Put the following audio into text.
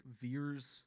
veers